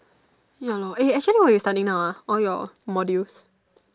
ya lor eh actually what you studying now ah all your modules